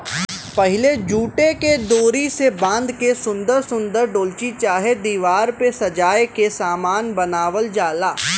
पहिले जूटे के डोरी से बाँध के सुन्दर सुन्दर डोलची चाहे दिवार पे सजाए के सामान बनावल जाला